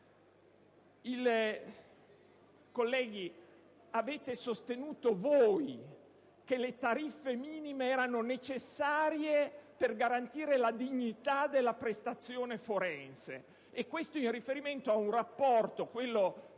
voi a sostenere che le tariffe minime sono necessarie per garantire la dignità della prestazione forense, e ciò in riferimento ad un rapporto, quello tra